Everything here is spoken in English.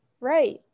right